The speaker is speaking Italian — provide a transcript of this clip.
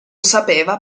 sapeva